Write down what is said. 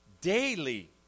daily